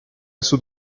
sud